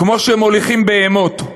כמו שמוליכים בהמות,